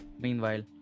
Meanwhile